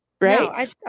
Right